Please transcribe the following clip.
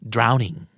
Drowning